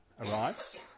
arrives